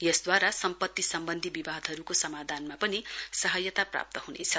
यसद्वारा सम्पत्ति सम्वन्धी विवादहरूको समाधानमा पनि सहायता प्राप्त हुनेछ